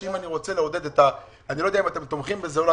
אני לא יודע אם אתם תומכים בזה או לא,